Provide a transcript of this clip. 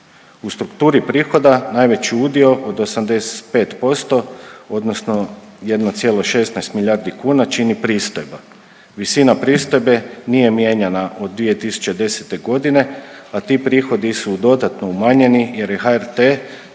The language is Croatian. U strukturi prihoda najveći udio od 85% odnosno 1,16 milijardi kuna čini pristojba. Visina pristojbe nije mijenjana od 2010. g., a ti prihodi su dodatno umanjeni jer je HRT